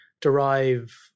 derive